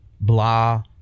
blah